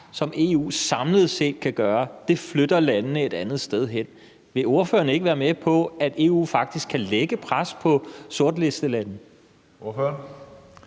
som EU samlet set kan lægge, flytter landene et andet sted hen. Vil ordføreren ikke medgive, at EU faktisk kan lægge pres på sortlistelande? Kl.